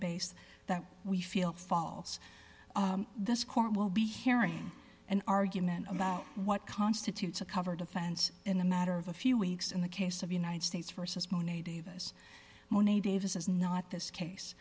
based that we feel falls this court will be hearing an argument about what constitutes a covered offense in a matter of a few weeks in the case of united states versus monet davis monet davis is not this case